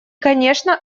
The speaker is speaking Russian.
конечно